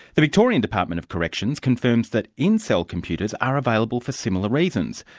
the victorian department of corrections confirmed that in-cell computers are available for similar reasons,